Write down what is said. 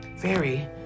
Very